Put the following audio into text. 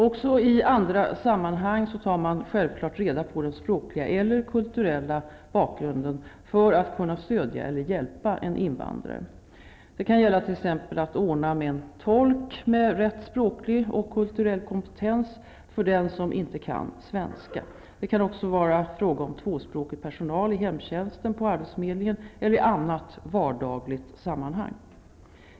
Också i andra sammanhang tar man självklart reda på den språkliga eller kulturella bakgrunden för att kunna stödja eller hjälpa en invandrare. Det kan gälla t.ex. att ordna med en tolk med rätt språklig och kulturell kompetens för den som inte kan svenska. Det kan också vara fråga om tvåspråkig personal i hemtjänsten, på arbetsförmedlingen eller i annat vardagligt sammanhang.